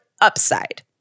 UPSIDE